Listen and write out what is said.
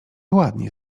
ładnie